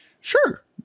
sure